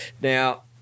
now